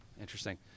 interesting